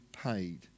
paid